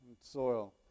Soil